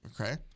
okay